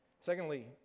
Secondly